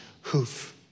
hoof